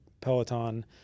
Peloton